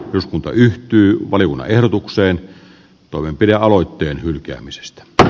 eduskunta yhtyi valjuna erotukseen toimenpidealoitteen hylkäämisestä tai